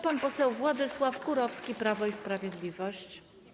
Pan poseł Władysław Kurowski, Prawo i Sprawiedliwość.